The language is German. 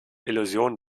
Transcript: illusion